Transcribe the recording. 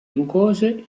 mucose